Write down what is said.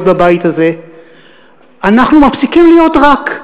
בבית הזה אנחנו מפסיקים להיות "רק".